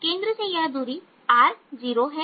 केंद्र से यह दूरी r0 है